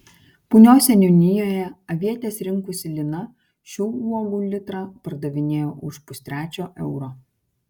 punios seniūnijoje avietes rinkusi lina šių uogų litrą pardavinėjo už pustrečio euro